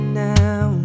now